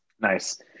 Nice